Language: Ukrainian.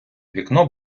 вікно